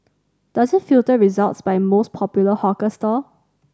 does it filter results by most popular hawker stall